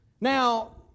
Now